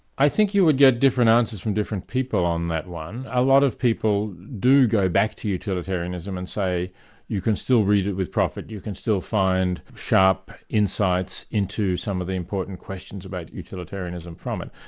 i think you would get different answers from different people on that one. a lot of people do go back to utilitarianism and say you can still read it with profit, you can still find sharp insights into some of the important questions about utilitarianism from it,